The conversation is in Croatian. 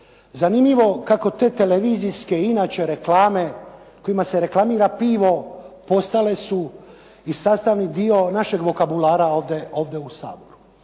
Zanimljivo kako te televizijske inače reklame kojima se reklamira pivo, postale su i sastavni dio našeg vokabulara ovdje u Saboru.